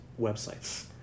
websites